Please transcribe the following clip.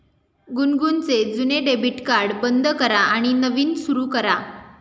गुनगुनचे जुने debit card बंद करा आणि नवीन सुरू करा